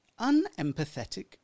unempathetic